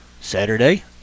Saturday